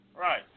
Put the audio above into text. Right